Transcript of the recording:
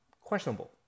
questionable